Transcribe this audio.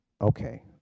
okay